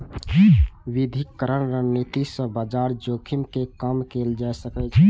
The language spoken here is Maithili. विविधीकरण रणनीति सं बाजार जोखिम कें कम कैल जा सकै छै